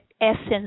essence